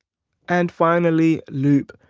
and finally loop,